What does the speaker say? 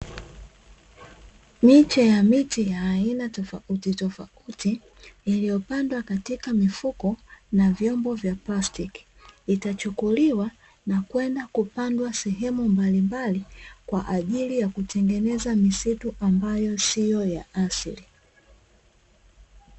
Miche ya miti ya aina tofautitofauti; iliyopandwa katika mifuko na vyombo vya plastiki, itachukuliwa na kwenda kupandwa sehemu mbalimbali, kwa ajili ya kutengeneza misitu ambayo sio ya asili.